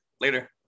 later